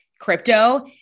crypto